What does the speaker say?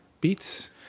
beats